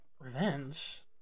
Revenge